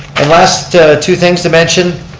and last two things to mention.